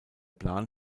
plan